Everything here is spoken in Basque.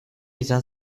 izan